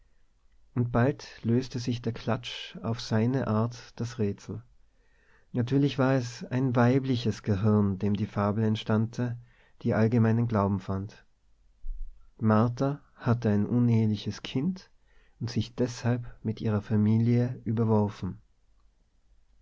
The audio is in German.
und bald löste sich der klatsch auf seine art das rätsel natürlich war es ein weibliches gehirn dem die fabel entstammte die allgemeinen glauben fand martha hatte ein uneheliches kind und sich deshalb mit ihrer familie überworfen